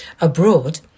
Abroad